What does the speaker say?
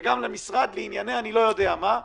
וגם למשרד לענייני אני לא יודע מה,